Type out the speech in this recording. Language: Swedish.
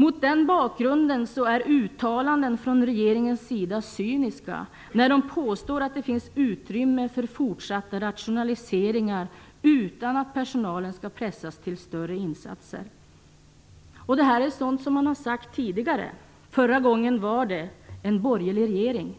Mot den bakgrunden är uttalanden från regeringens sida cyniska när man påstår att det finns utrymme för fortsatta rationaliseringar utan att personalen skall pressas till större insatser. Detta har man sagt tidigare. Förra gången var det en borgerlig regering.